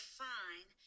fine